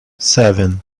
seven